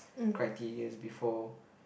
criterias before